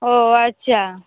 ও আচ্ছা